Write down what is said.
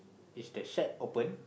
is the shed open